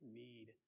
need